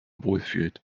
wohlfühlt